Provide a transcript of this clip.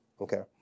Okay